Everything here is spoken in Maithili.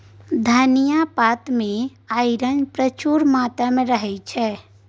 धनियाँ पात मे आइरन प्रचुर मात्रा मे रहय छै